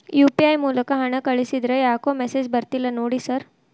UPI ಮೂಲಕ ಹಣ ಕಳಿಸಿದ್ರ ಯಾಕೋ ಮೆಸೇಜ್ ಬರ್ತಿಲ್ಲ ನೋಡಿ ಸರ್?